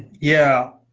yeah,